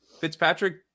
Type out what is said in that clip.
fitzpatrick